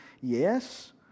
Yes